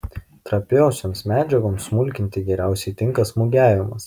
trapiosioms medžiagoms smulkinti geriausiai tinka smūgiavimas